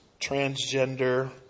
transgender